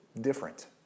different